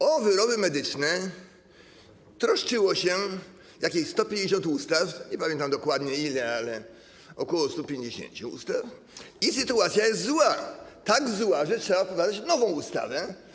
O wyroby medyczne troszczono się w jakichś 150 ustawach - nie pamiętam dokładnie w ilu, ale w ok. 150 ustawach, i sytuacja jest zła, tak zła, że trzeba uchwalić nową ustawę.